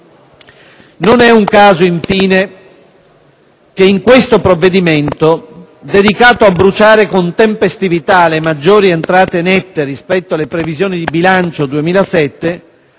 Non è un caso, infine, che in questo provvedimento, dedicato a bruciare con tempestività le maggiori entrate nette rispetto alle previsioni di bilancio 2007,